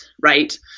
right